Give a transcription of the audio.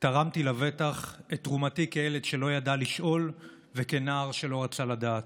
תרמתי לבטח את תרומתי כילד שלא ידע לשאול וכנער שלא רצה לדעת.